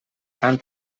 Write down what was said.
fan